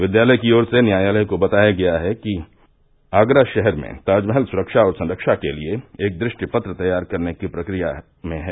विद्यालय की ओर से न्यायालय को बताया कि आगरा शहर में ताजमहल सुरक्षा और संरक्षा के लिए एक दृष्टि पत्र तैयार करने की प्रक्रिया में हैं